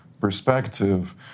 perspective